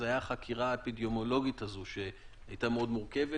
זאת הייתה חקירה אפידמיולוגית שהייתה מאוד מורכבת,